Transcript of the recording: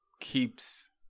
keeps